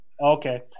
okay